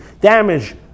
damage